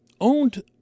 Owned